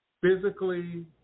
physically